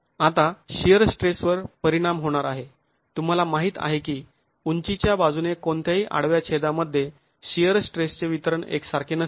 आता शिअर स्ट्रेसवर परिणाम होणार आहे तुंम्हाला माहीत आहे की उंचीच्या बाजूने कोणत्याही आडव्या छेदामध्ये शिअर स्ट्रेसचे वितरण एकसारखे नसते